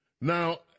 Now